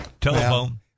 telephone